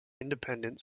independent